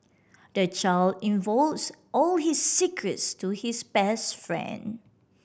the child all his secrets to his best friend